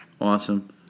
Awesome